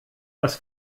was